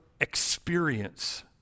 experience